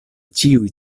ĉiuj